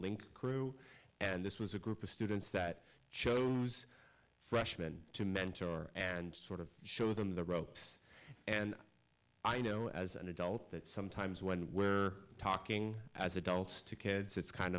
link crew and this was a group of students that chose freshman to mentor and sort of show them the ropes and i know as an adult that sometimes when we're talking as adults to kids it's kind